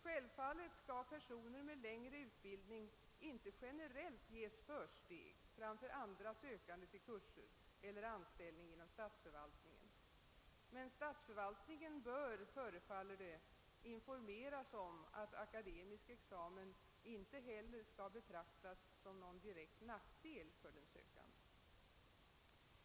Självfallet skall personer med längre utbildning inte generellt ges försteg framför andra sökande till kurser eller anställning inom statsförvaltningen — men statsförvaltningen bör, förefaller det, informeras om att akademisk examen inte heller skall betraktas som någon direkt nackdel för den sökande.